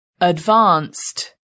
Advanced